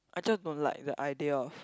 I just don't like the idea of